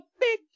big